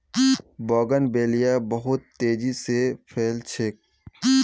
bougainvillea बहुत तेजी स फैल छेक